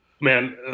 Man